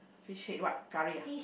fish head what curry ah